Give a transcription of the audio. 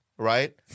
Right